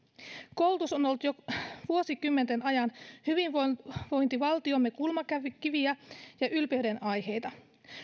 koulutus on ollut jo vuosikymmenten ajan hyvinvointivaltiomme kulmakiviä ja ylpeydenaiheita